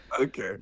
okay